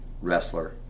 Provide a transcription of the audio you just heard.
wrestler